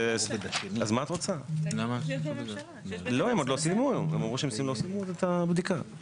לא הם עוד לא סיימו עוד את הבדיקה.